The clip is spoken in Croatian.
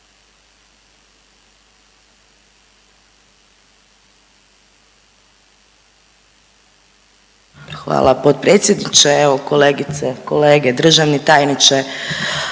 Hvala potpredsjedniče. Evo kolegice, kolege, državni tajniče